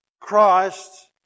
Christ